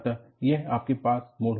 अतः यह आपके पास मोड